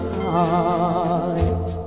heart